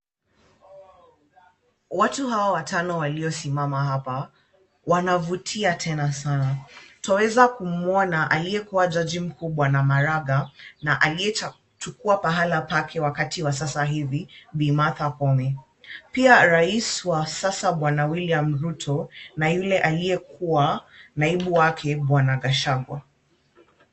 Watu hawa watano waliosimama hapa, wanavutia tena sana. Twaweza kumwona aliyekuwa jaji mkuu Bwana maraga na aliyechukua pahala pake wakati wa sasa hivi Bi. Martha Koome. Pia rais wa sasa Bw. William Ruto na yule aliyekuwa naibu wake Bw. Gachagua.